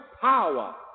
power